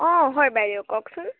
অঁ হয় বাইদেউ কওকচোন